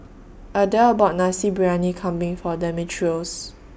Adelle bought Nasi Briyani Kambing For Demetrios